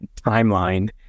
timeline